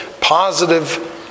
positive